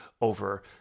over